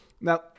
now